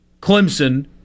Clemson